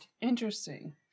Interesting